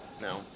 No